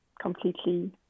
completely